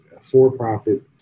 for-profit